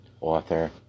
author